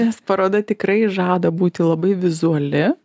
nes paroda tikrai žada būti labai vizuali